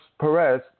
Perez